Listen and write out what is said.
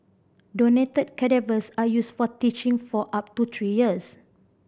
donated cadavers are used for teaching for up to three years